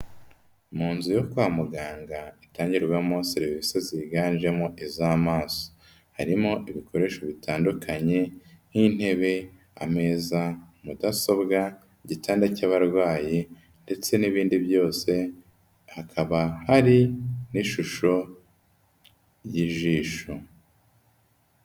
Mu nzu yo kwa muganga itangirwamo serivisi ziganjemo iz'amaso, harimo ibikoresho bitandukanye nk'intebe, ameza, Mudasobwa, igitanda cy'abarwayi ndetse n'ibindi byose, hakaba hari n'ishusho y'ijisho.